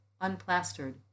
unplastered